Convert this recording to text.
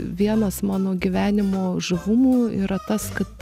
vienas mano gyvenimo žavumų yra tas kad